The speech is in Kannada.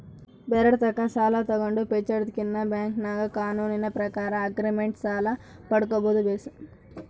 ಬ್ಯಾರೆರ್ ತಾಕ ಸಾಲ ತಗಂಡು ಪೇಚಾಡದಕಿನ್ನ ಬ್ಯಾಂಕಿನಾಗ ಕಾನೂನಿನ ಪ್ರಕಾರ ಆಗ್ರಿಮೆಂಟ್ ಸಾಲ ಪಡ್ಕಂಬದು ಬೇಸು